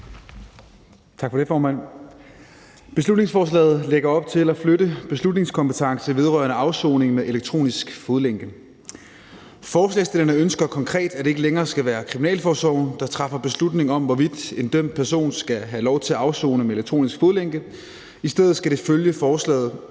Tak for det, formand. Beslutningsforslaget lægger op til at flytte beslutningskompetence vedrørende afsoning med elektronisk fodlænke. Forslagsstillerne ønsker konkret, at det ikke længere skal være kriminalforsorgen, der træffer beslutning om, hvorvidt en dømt person skal have lov til at afsone med elektronisk fodlænke. I stedet skal det ifølge forslaget